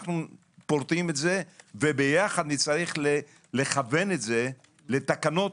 אנו פורטים את זה ויחד נצטרך לכוון את זה לתקנות